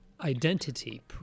identity